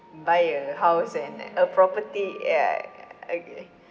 buy a house and a property ya okay